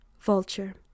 Vulture